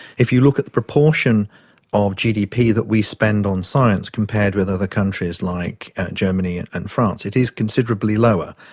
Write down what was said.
if you look at the proportion of gdp that we spend on science compared with other countries like germany and and france, it is considerably lower.